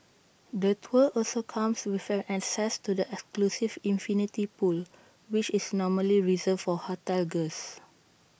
the tour also comes with an access to the exclusive infinity pool which is normally reserved for hotel guests